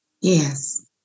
Yes